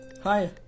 Hi